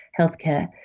healthcare